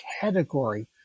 category